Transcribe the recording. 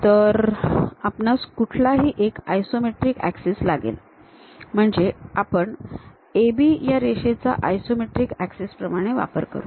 तर आपणास कुठलाही एक आयसोमेट्रिक ऍक्सिस लागेल म्हणजे आपण आपण AB या रेषेचा आयसोमेट्रिक ऍक्सिस प्रमाणे वापर करू